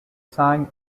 sang